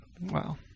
Wow